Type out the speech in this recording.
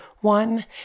One